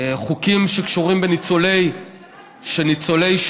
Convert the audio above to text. חוקים שקשורים בניצולי שואה,